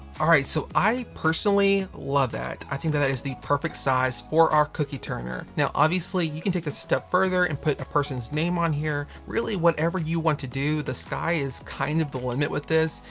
all right so i personally love that. i think that it is the perfect size for our cookie turner. now obviously, you can take this a step further, and put a person's name on here. really whatever you want to do, the sky is kind of the limit with this.